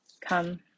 Come